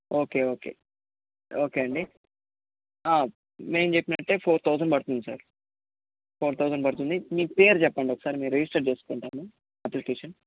okay okay okay అండి మేము చెప్పినట్టే ఫోర్ థౌజండ్ పడుతుంది సార్ ఫోర్ థౌజండ్ పడుతుంది మీ పేరు చెప్పండి ఒకసారి మీ రిజిస్టర్ చేసుకుంటాము అప్లికేషన్